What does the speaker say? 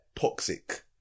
toxic